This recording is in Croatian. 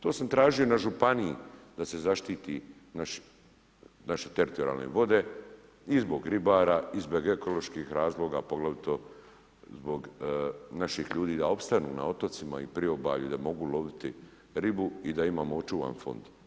To sam tražio na županiji da se zaštite naše teritorijalne vode i zbog ribara i zbog ekoloških razloga, pogotovo zbog naših ljudi da opstanu na otocima i priobalju, da mogu loviti ribu i da imamo očuvan fond.